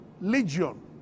Legion